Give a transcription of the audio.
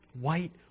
white